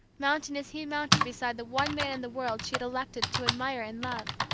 mounting as he mounted beside the one man in the world she had elected to admire and love.